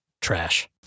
trash